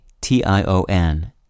T-I-O-N